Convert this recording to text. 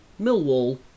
Millwall